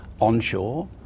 onshore